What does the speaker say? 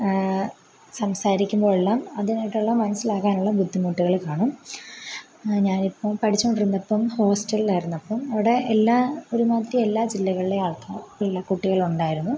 സംസാരിക്കുമ്പോഴെല്ലാം അതായിട്ടുള്ള മനസ്സിലാക്കാനുള്ള ബുദ്ധിമുട്ടുകൾ കാണും ഞാനിപ്പം പഠിച്ചുകൊണ്ടിരുന്നപ്പം ഹോസ്റ്റലിൽ ആയിരുന്നപ്പം അവിടെ എല്ലാം ഒരുമാതിരി എല്ലാ ജില്ലകളിലെ ആൾക്കാർ പിന്നെ കുട്ടികൾ ഉണ്ടായിരുന്നു